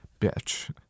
bitch